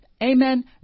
amen